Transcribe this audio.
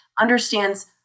understands